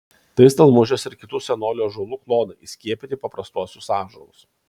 tai stelmužės ir kitų senolių ąžuolų klonai įskiepyti į paprastuosius ąžuolus